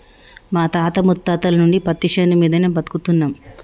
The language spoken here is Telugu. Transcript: మా తాత ముత్తాతల నుంచి పత్తిశేను మీదనే బతుకుతున్నం